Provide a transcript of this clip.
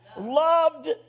Loved